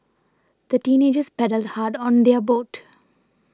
the teenagers paddled hard on their boat